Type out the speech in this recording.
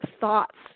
thoughts